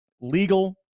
Legal